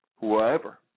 Whoever